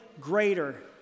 greater